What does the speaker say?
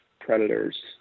predators